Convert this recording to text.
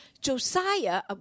Josiah